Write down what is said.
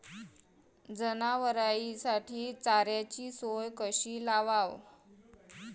जनावराइसाठी चाऱ्याची सोय कशी लावाव?